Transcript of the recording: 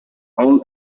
all